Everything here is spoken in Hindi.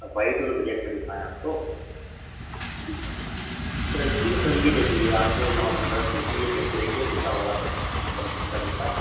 अब वइट और ब्लेक में दिखाएँ आपको जी सर सर ठीक है सर यह देखिए यह आपको नौ नंबर सूज़ में यह पहन के देखिए कैसा हो रहा है कम्पनी का जूता